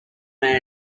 man